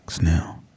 now